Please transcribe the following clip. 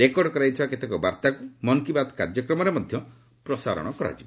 record କରାଯାଇଥିବା କେତେକ ବାର୍ତ୍ତାକୁ ମନ୍ କି ବାତ୍ କାର୍ଯ୍ୟକ୍ରମରେ ମଧ୍ୟ ପ୍ରସାରଣ କରାଯିବ